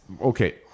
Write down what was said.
Okay